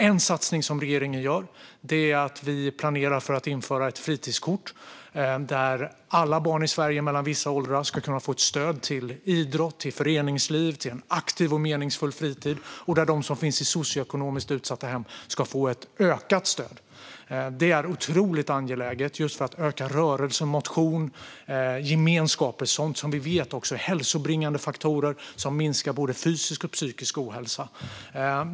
En satsning som regeringen gör är att vi planerar för att införa ett fritidskort som innebär att alla barn i Sverige mellan vissa åldrar ska kunna få ett stöd till idrott, föreningsliv och till en aktiv och meningsfull fritid. Och de som finns i socioekonomiskt utsatta hem ska få ett ökat stöd. Det är otroligt angeläget just för att öka rörelse, motion och gemenskap, alltså sådant som vi vet är hälsobringande faktorer som minskar både fysisk och psykisk ohälsa.